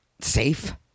safe